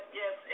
yes